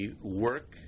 work